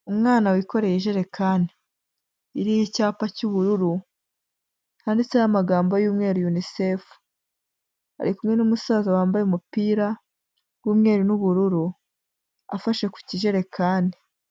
Umwana wikoreye ijerekani iriho icyapa cy'ubururu handitseho amagambo y'umweru UNICEF. Ari kumwe n'umusaza wambaye umupira w'umweru n'ubururu afashe ku kijerekani.